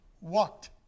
walked